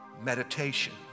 meditation